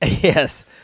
Yes